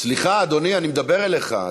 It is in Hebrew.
סליחה, אדוני, אני מדבר אליך.